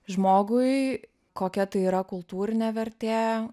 žmogui kokia tai yra kultūrinė vertė